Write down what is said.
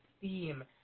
theme